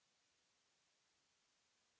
Merci,